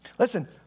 Listen